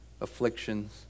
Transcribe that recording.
afflictions